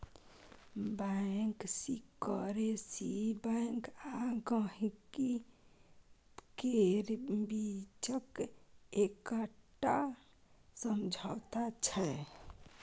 bank secrecy bank आ गांहिकी केर बीचक एकटा समझौता छै